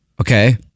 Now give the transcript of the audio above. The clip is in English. Okay